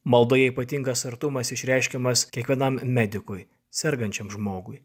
maldoje ypatingas artumas išreiškiamas kiekvienam medikui sergančiam žmogui